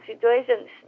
situations